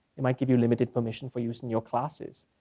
they might give you limited permission for use in your classes